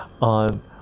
on